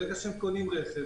ברגע שהם קונים רכב,